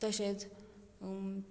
तशेंच